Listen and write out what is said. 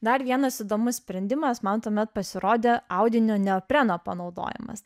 dar vienas įdomus sprendimas man tuomet pasirodė audinio neopreno panaudojimas